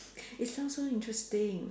it sound so interesting